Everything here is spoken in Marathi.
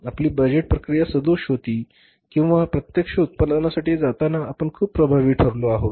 आपली बजेट प्रक्रिया सदोष होती किंवा प्रत्यक्ष उत्पादनासाठी जाताना आपण खूप प्रभावी ठरलो आहोत